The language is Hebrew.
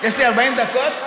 יש לך 40 דקות.